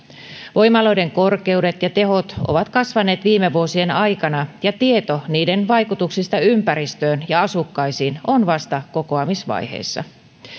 voimaloiden korkeudet ja tehot ovat kasvaneet viime vuosien aikana ja tieto niiden vaikutuksista ympäristöön ja asukkaisiin on vasta kokoamisvaiheessa